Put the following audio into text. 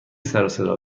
سروصدا